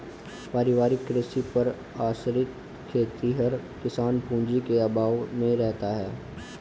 पारिवारिक कृषि पर आश्रित खेतिहर किसान पूँजी के अभाव में रहता है